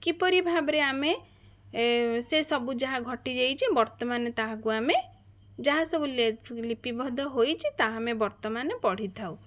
କିପରି ଭାବରେ ଆମେ ସେ ସବୁ ଯାହା ଘଟିଯାଇଛି ବର୍ତ୍ତମାନ ତାହାକୁ ଆମେ ଯାହା ସବୁ ଲେ ଲିପିବଦ୍ଧ ହୋଇଛି ତାହା ଆମେ ବର୍ତ୍ତମାନ ପଢ଼ିଥାଉ